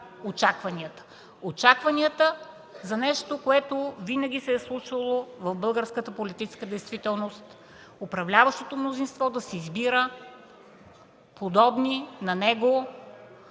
очакванията – очакванията за нещо, което винаги се е случвало в българската политическа действителност – управляващото мнозинство да си избира подобни на него,